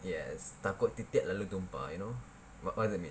yes takut titik lalu gempar you know what does that mean